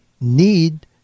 need